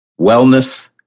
wellness